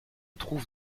trouve